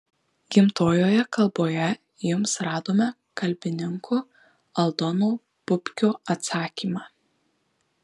gimtojoje kalboje jums radome kalbininko aldono pupkio atsakymą